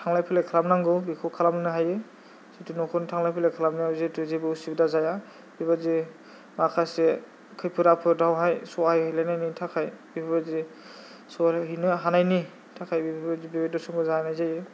थांलाय फैलाय खालामनांगौ बेखौ खालामनो हायो जितु न'खरनि थांलाय फैलाय खालामनायाव जितु जेबो असुबिदा जाया बेबादि माखासे खैफोद आफोदावहाय सहाय हैलायनायनि थाखाय बेबादि सहाय हैनो हानायनि थाखाय बेबादि बिबियाय दुसुन जानाय जायो एसेनोसै